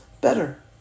better